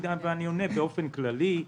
אני עונה באופן כללי.